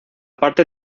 parte